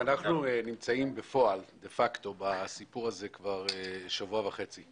אנחנו נמצאים דה פקטו בסיפור הזה כבר שבוע וחצי,